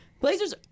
Blazers